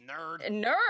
nerd